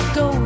go